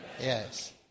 Yes